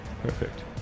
Perfect